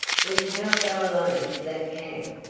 we cannot go alone to that camp.